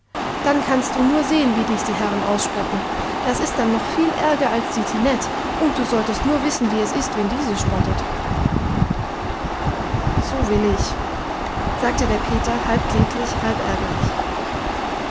dann kannst du nur sehen wie dich die herren ausspotten das ist dann noch viel ärger als die tinette und du solltest nur wissen wie es ist wenn diese spottet so will ich sagte der peter halb kläglich halb ärgerlich